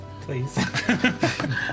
Please